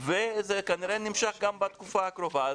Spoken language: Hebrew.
וזה כנראה יימשך גם בתקופה הקרובה,